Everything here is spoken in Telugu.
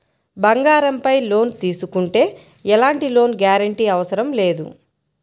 బంగారంపై లోను తీసుకుంటే ఎలాంటి లోను గ్యారంటీ అవసరం లేదు